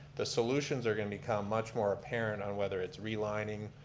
the solutions are going to become much more apparent on whether it's relining,